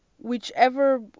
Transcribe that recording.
whichever